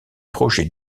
projet